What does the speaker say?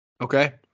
Okay